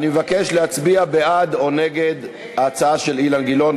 אני מבקש להצביע בעד או נגד ההצעה של אילן גילאון.